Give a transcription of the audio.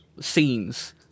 scenes